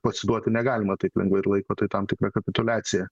pasiduoti negalima taip lengvai ir laiko tai tam tikra kapituliacija